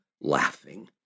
laughing